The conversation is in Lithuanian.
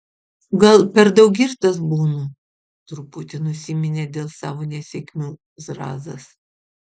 gal per daug girtas būnu truputi nusiminė dėl savo nesėkmių zrazas